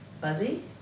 Buzzy